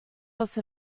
course